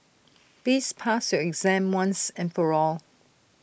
please pass your exam once and for all